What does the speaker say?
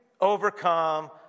overcome